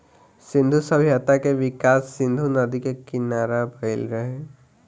सिंधु सभ्यता के विकास सिंधु नदी के किनारा भईल रहे